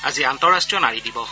আজি আন্তঃৰাষ্ট্ৰীয় নাৰী দিৱস